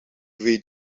weet